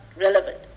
relevant